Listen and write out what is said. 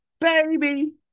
Baby